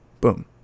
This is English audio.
Boom